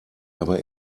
aber